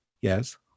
yes